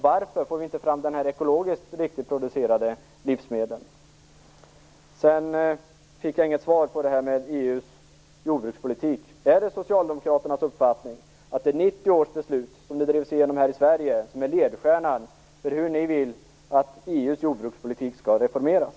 Varför får vi inte fram ekologiskt riktigt producerade livsmedel? Jag fick inget svar på frågan om EU:s jordbrukspolitik. Är det Socialdemokraternas uppfattning att 1990 års beslut, som drevs igenom i Sverige, är ledstjärnan för hur ni vill att EU:s jordbrukspolitik skall reformeras?